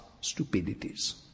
stupidities